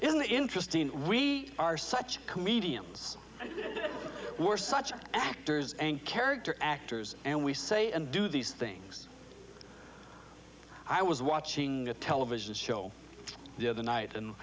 isn't that interesting we are such comedians we're such actors and character actors and we say and do these things i was watching a television show the other night and